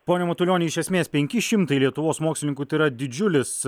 pone matulioni iš esmės penki šimtai lietuvos mokslininkų tai yra didžiulis